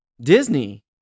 Disney